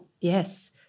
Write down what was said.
Yes